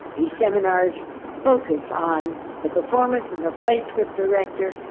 these seminars focus on the performance and the playscript director,